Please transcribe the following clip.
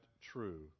true